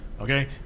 Okay